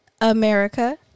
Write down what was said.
America